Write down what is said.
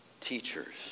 teachers